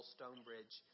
Stonebridge